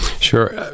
Sure